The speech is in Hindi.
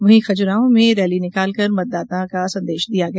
वहीं खुजराहों में रैली निकालकर मतदान का संदेश दिया गया